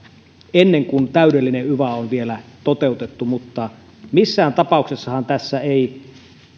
ennen kuin täydellistä yvaa on vielä toteutettu mutta missään tapauksessahan tässä ei